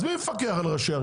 אז מי מפקח על זה?